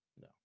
no